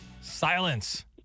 Silence